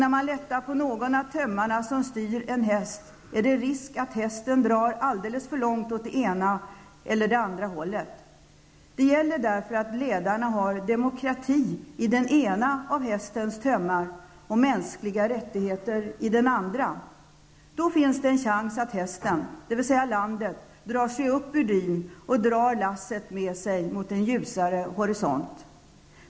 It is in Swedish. När man lättar på någon av de tömmar som styr hästen finns risken att hästen drar alldeles för långt åt det ena hållet. Det gäller därför att ledarna har demokratin i den ena tömmen och de mänskliga rättigheterna i den andra. Då finns det en chans att hästen, dvs. landet, kan dra sig upp ur dyn för att dra lasset mot en ljusare horisont.